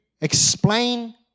explain